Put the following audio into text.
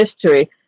history